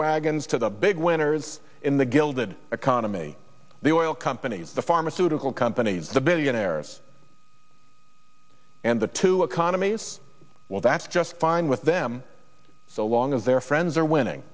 wagons to the big winners in the gilded economy the oil companies the pharmaceutical companies the billionaires and the two economies well that's just fine with them so long as their friends are winning